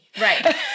right